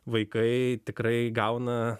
vaikai tikrai gauna